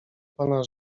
pana